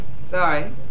Sorry